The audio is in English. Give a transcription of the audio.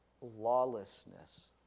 Lawlessness